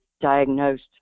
diagnosed